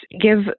give